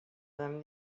them